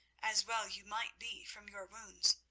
as well you might be from your wounds.